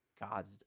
God's